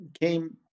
came